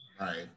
right